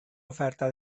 oferta